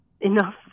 enough